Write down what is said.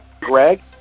Greg